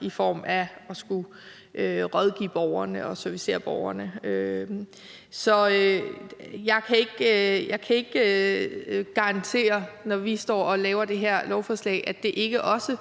i form af at skulle rådgive borgerne og servicere borgerne. Så jeg kan ikke garantere, når vi står og diskuterer det her lovforslag, at det ikke også